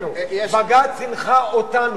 בג"ץ הנחה אותנו,